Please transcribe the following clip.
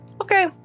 okay